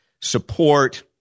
support